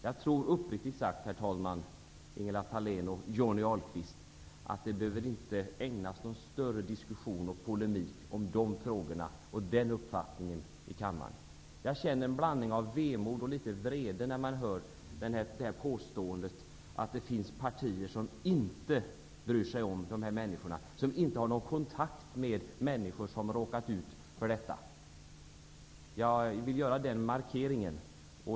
Jag tror uppriktigt sagt, herr talman, Ingela Thalén och Johnny Ahlqvist, att vi inte behöver ägna någon större diskussion och polemik åt dessa frågor och åt denna uppfattning. Jag känner en blandning av vemod och vrede när jag hör påståendet att det finns partier som inte bryr sig om dessa människor, som inte har någon kontakt med människor som har råkat ut för arbetslöshet. Jag vill göra denna markering.